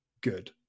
good